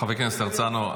חבר הכנסת הרצנו,